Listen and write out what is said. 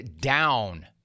down